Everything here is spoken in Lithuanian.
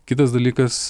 kitas dalykas